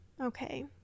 okay